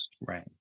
Right